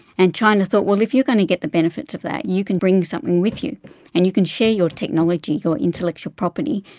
and china thought, well, if you're going to get the benefits of that, you can bring something with you and you can share your technology, your intellectual property,